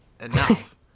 enough